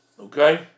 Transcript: okay